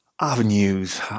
avenues